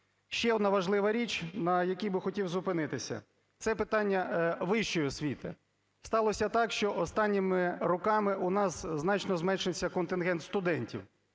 Ще одна важлива річ, на якій би хотів зупинитися, – це питання вищої освіти. Сталося так, що останніми роками у нас значно зменшився контингент студентів,